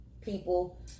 people